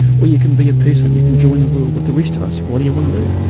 or you can be a person, you can join the world with the rest of us. what do you want to do?